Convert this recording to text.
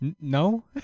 No